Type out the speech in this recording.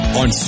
on